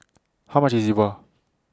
How much IS E Bua